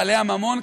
בעלי הממון,